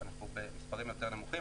אנחנו במספרים יותר נמוכים.